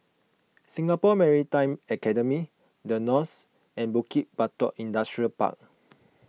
Singapore Maritime Academy the Knolls and Bukit Batok Industrial Park